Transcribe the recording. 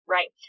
Right